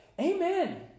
amen